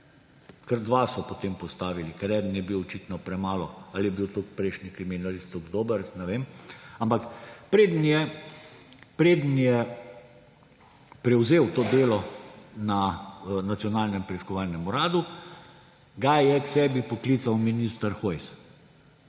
kar dva so potem postavili, ker eden je bil očitno premalo ali je bil prejšnji kriminalist toliko dober, ne vem, ampak preden je prevzel to delo na Nacionalnem preiskovalnem uradu, ga je k sebi poklical minister Hojs.